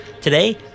today